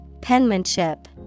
Penmanship